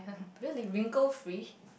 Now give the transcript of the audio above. really wrinkle fish